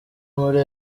muri